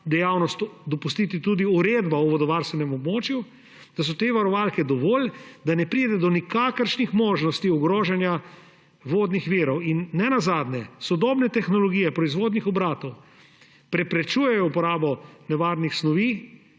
dejavnost dopustiti tudi uredba o vodovarstvenem območju, da so te varovalke dovolj, da ne pride do nikakršnih možnosti ogrožanja vodnih virov. Ne nazadnje sodobne tehnologije proizvodnih obratov preprečujejo uporabo nevarnih snovi